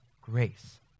grace